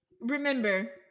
Remember